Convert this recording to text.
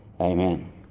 Amen